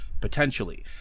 potentially